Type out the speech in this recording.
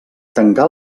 tancar